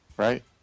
Right